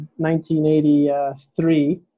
1983